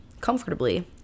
comfortably